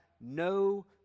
no